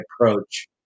approach